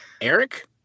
Eric